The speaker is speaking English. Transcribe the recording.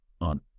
on